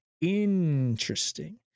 Interesting